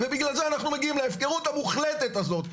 ובגלל זה אנחנו מגיעים להפקרות המוחלטת הזאת,